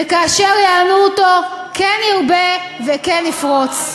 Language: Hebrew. וכאשר יענו אותו כן ירבה וכן יפרוץ.